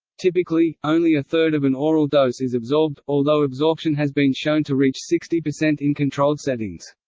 typically, only a third of an oral dose is absorbed, although absorption has been shown to reach sixty percent in controlled settings.